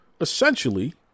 essentially